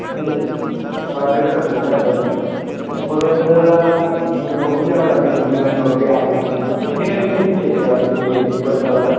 म्हणजे वायब्रेट करत होतं काय बरं मग थोडं तिचं जरा म्हणजे बघून घ्यावं लागेल इंजिन ऑईल वगैरे आहे की नाही इंजिन ऑईल कधी चेक केला होत म्हणजे बदलला होता